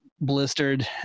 blistered